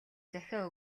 захиа